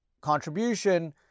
contribution